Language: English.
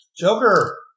Joker